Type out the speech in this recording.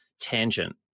tangent